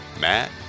Matt